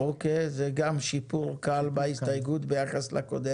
ההסתייגות הרביעית.